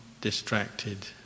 distracted